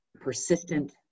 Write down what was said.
persistent